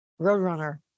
Roadrunner